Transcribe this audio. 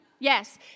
Yes